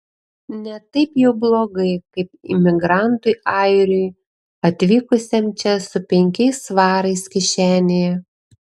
ne taip jau blogai kaip imigrantui airiui atvykusiam čia su penkiais svarais kišenėje